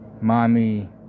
mommy